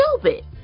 stupid